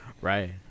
Right